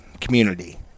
community